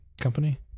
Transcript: company